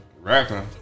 rapping